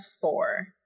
four